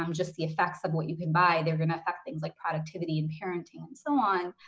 um just the effects of what you can buy. they're gonna affect things like productivity and parenting and so on.